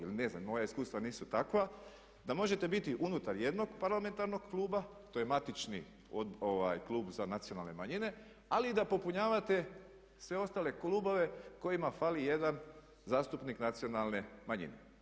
Ili ne znam moja iskustva nisu takva da možete biti unutar jednog parlamentarnog kluba, to je matični klub za nacionalne manjine ali i da popunjavate sve ostale klubove kojima fali jedan zastupnik nacionalne manjine.